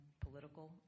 political